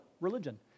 religion